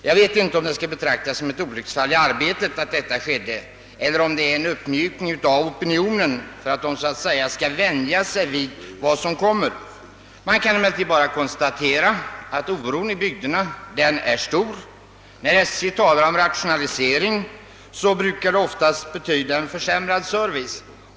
Jag vet inte, om det skall betraktas som ett olycksfall i arbete att så skedde eller om det är fråga om ett försök till uppmjukning av opinionen, så att denna skall vänja sig vid vad som kommer att ske. Nu kan jag bara konstatera att oron ute i bygderna är stor. När SJ talar om rationaliseringar, brukar detta ofta betyda försämrad service.